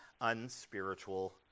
unspiritual